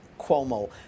Cuomo